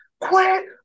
Quit